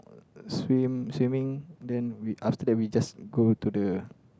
swim swimming then we after that we just go to the